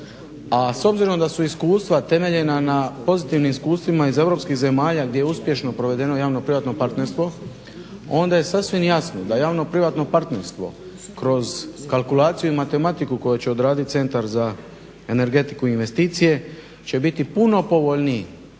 A s obzirom da su iskustva temeljena na pozitivnim iskustvima iz Europskih zemalja gdje je uspješno provedeno javno-privatno partnerstvo, onda je sasvim jasno da javno-privatno partnerstvo kroz kalkulaciju i matematiku koju će odraditi Centar za energetiku i investicije će biti puno povoljniji